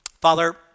Father